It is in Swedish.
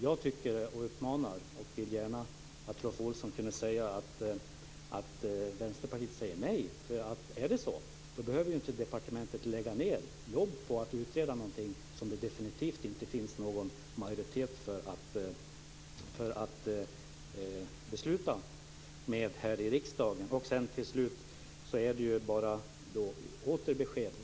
Jag skulle gärna vilja att Rolf Olsson kunde säga att Vänsterpartiet säger nej. Om man gör det behöver inte departementet lägga ned jobb på att utreda någonting som det definitivt inte finns majoritet för att besluta här i riksdagen. Till slut åter ett besked.